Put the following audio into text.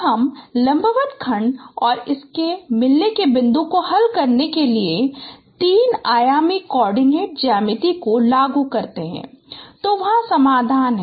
अब हम लंबवत खंड और इसके मिलने के बिंदु को हल करने के लिए तीन आयामी कोआर्डिनेट ज्यामिति को लागू करते हैं तो वहाँ समाधान है